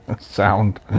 sound